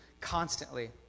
constantly